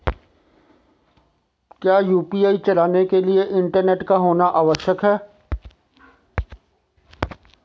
क्या यु.पी.आई चलाने के लिए इंटरनेट का होना आवश्यक है?